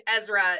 ezra